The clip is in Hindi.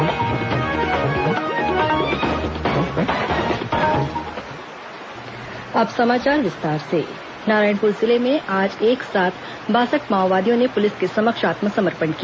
माओवादी समर्पण नारायणपुर जिले में आज एक साथ बासठ माओवादियों ने पुलिस के समक्ष आत्मसमर्पण किया